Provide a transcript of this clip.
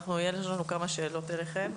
יש לנו כמה שאלות אליכם,